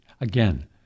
Again